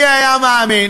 מי היה מאמין